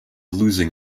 losing